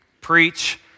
preach